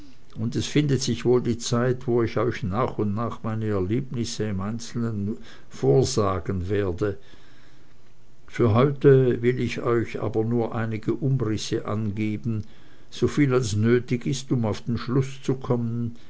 und es findet sich wohl die zeit wo ich euch nach und nach meine erlebnisse im einzelnen vorsagen werde für heute will ich euch aber nur einige umrisse angeben soviel als nötig ist um auf den schluß zu kommen